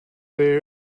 there